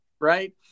right